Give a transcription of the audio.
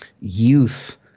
youth